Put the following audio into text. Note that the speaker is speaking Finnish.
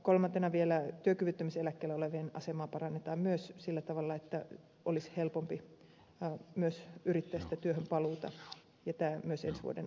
kolmantena vielä työkyvyttömyyseläkkeellä olevien asemaa parannetaan myös sillä tavalla että olisi helpompi myös yrittää työhön paluuta ja tämä myös ensi vuoden alusta tapahtuisi